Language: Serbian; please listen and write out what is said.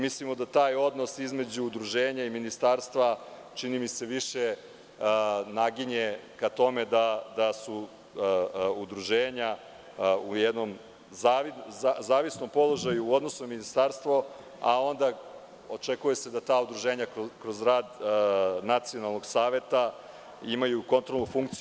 Mislimo da taj odnos između udruženja i ministarstva više naginje ka tome da su udruženja u jednom zavisnom položaju u odnosu na ministarstvo, a onda se očekuje da ta udruženja kroz rad Nacionalnog saveta imaju kontrolnu funkciju.